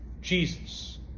Jesus